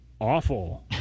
Awful